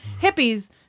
hippies